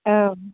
औ